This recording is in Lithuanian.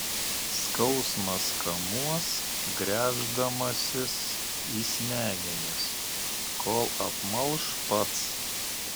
skausmas kamuos gręždamasis į smegenis kol apmalš pats